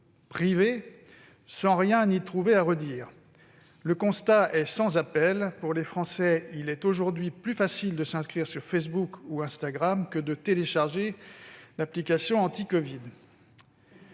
privés, sans rien y trouver à redire. Le constat est sans appel : pour les Français, il est aujourd'hui plus facile de s'inscrire sur Facebook ou Instagram que de télécharger l'application TousAntiCovid.